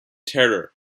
terror